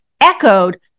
echoed